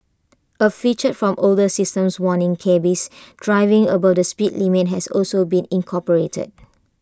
A feature from older systems warning cabbies driving above the speed limit has also been incorporated